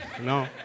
no